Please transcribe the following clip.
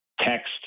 text